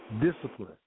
discipline